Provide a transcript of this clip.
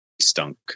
stunk